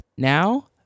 Now